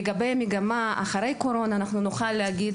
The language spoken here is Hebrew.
לגבי המגמה, אחרי הקורונה נוכל להגיד